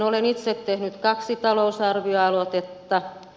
olen itse tehnyt kaksi talousarvioaloitetta